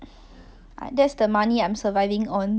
mmhmm